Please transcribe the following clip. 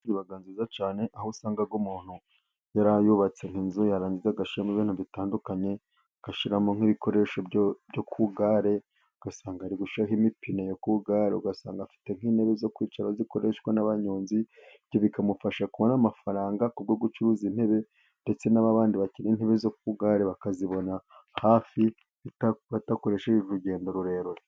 Inzu iba nziza cyane, aho usanga umuntu yarubatse inzu yarangiza agashyiramo ibintu bitandukanye, agashyiramo nk'ibikoresho byo ku igare, ugasanga ari gushyiramo imipine yo ku igare, ugasanga afite nk'intebe zo kwicaraho zikoreshwa n'abanyonzi; ibyo bikamufasha kubona amafaranga ku bwo gucuruza intebe, ndetse na ba bandi bakeneye intebe zo ku igare, bakazibona hafi badakoresheje urugendo rurerure.